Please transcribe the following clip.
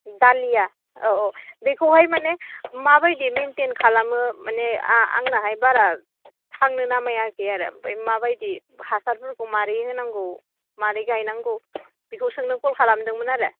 डालिया औ औ बेखौहाय माने माबायदि मेइन्टेन खालामो माने आंनाहाय बारा थांनो नागिराखै आरो ओमफ्राय माबादि हासारफोरखौ माबोरै होनांगौ माबोरै गायनांगौ बेखौ सोंनो कल खालामदोंमोन आरो